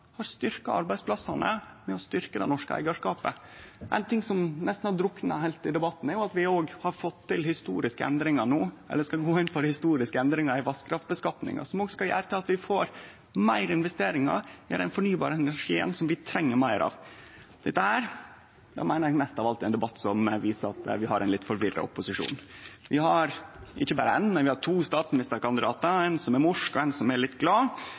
har styrkt arbeidsplassane gjennom å styrkje den norske eigarskapen. Ein ting som nesten har drukna heilt i debatten, er at vi skal gå inn på historiske endringar i vasskraftskattlegginga, noko som skal gjere at vi òg får meir investeringar i den fornybare energien, som vi treng meir av. Dette meiner eg mest av alt er ein debatt som viser at vi har ein litt forvirra opposisjon. Vi har ikkje berre éin, men to statsministerkandidatar: ein som er morsk, og ein som er litt glad.